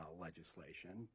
legislation